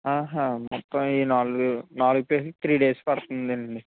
ఆహా మొత్తం ఈ నాలుగు నాలుగు ప్లేసులు త్రీ డేస్ పడుతుంది అండి